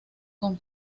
con